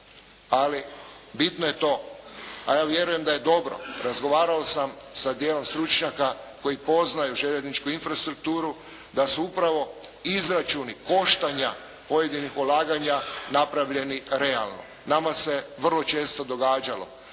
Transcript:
Ali bitno je, a ja vjerujem da je dobro, razgovarao sam sa dijelom stručnjaka koji poznaju željezničku infrastrukturu da su upravo izračuni koštanja pojedinih ulaganja napravljeni realno. Nama se vrlo često događalo